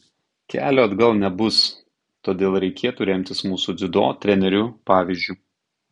kelio atgal nebus todėl reikėtų remtis mūsų dziudo trenerių pavyzdžiu